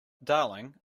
darling